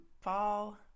fall